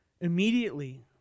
immediately